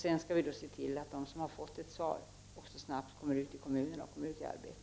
Sedan skall vi se till att de som har fått ett svar också snart kommer ut till kommunen och får arbete.